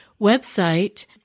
website